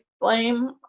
blame